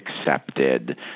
accepted